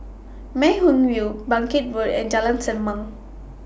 Mei Hwan View Bangkit Road and Jalan Selimang